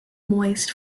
moist